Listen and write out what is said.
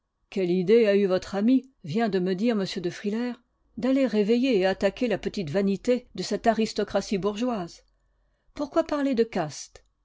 quelle idée a eue votre ami vient de me dire m de frilair d'aller réveiller et attaquer la petite vanité de cette aristocratie bourgeoise pourquoi parler de caste